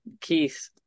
keith